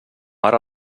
ara